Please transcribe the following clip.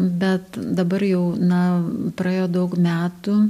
bet dabar jau na praėjo daug metų